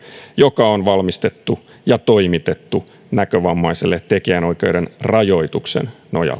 joka on valmistettu ja toimitettu näkövammaiselle tekijänoikeuden rajoituksen nojalla